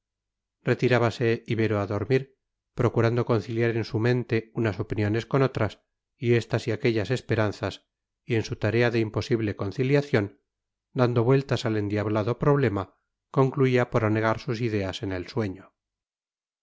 nueva planta retirábase ibero a dormir procurando conciliar en su mente unas opiniones con otras estas y aquellas esperanzas y en su tarea de imposible conciliación dando vueltas al endiablado problema concluía por anegar sus ideas en el sueño